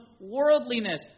worldliness